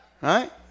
right